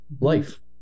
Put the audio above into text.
life